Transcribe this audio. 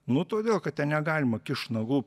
nu todėl kad ten negalima kišt nagų